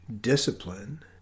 discipline